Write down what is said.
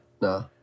no